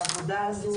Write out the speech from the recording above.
העבודה הזו,